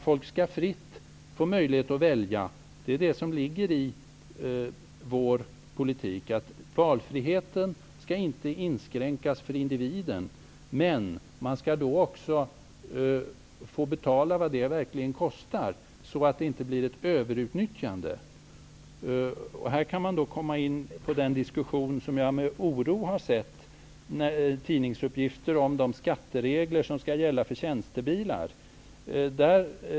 Folk skall fritt få möjlighet att välja. Det är det som ligger i vår politik. Individens valfrihet skall inte inskränkas. Man skall dock få betala vad det verkligen kostar så att det inte blir ett överutnyttjande. Här kan man då komma in på diskussionen, som jag med oro har sett tidningsuppgifter om, om de skatteregler som skall gälla för tjänstebilar.